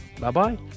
Bye-bye